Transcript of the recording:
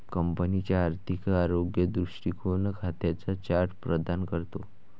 कंपनीचा आर्थिक आरोग्य दृष्टीकोन खात्यांचा चार्ट प्रदान करतो